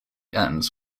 ends